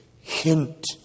hint